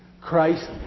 Christ